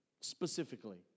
specifically